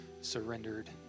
surrendered